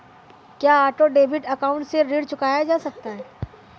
क्या auto debit account से ऋण चुकाया जा सकता है?